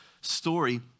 story